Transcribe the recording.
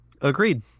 Agreed